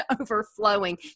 overflowing